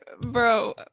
bro